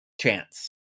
chance